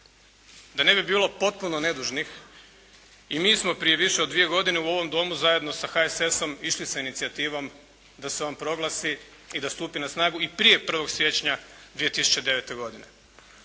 Da ne bi bilo potpuno nedužnih, i mi smo prije više od dvije godine u ovom Domu zajedno sa HSS-om išli sa inicijativom da se on proglasi i da stupi na snagu i prije 1. siječnja 2009. godine.